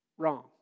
wrong